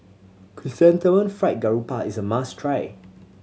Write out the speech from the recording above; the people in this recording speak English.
Chrysanthemum Fried Garoupa is a must try